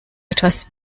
etwas